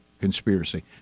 conspiracy